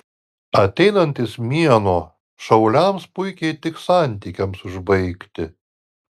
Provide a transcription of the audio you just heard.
ateinantis mėnuo šauliams puikiai tiks santykiams užbaigti